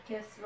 Yes